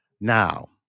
Now